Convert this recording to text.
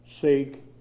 Seek